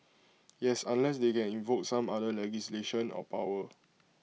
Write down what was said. yes unless they can invoke some other legislation or power